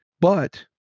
But-